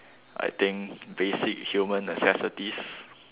I think basic human necessities